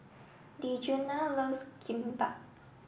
Djuna loves Kimbap